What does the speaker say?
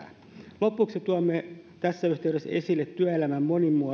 voi synnyttää lopuksi tuomme tässä yhteydessä esille työelämän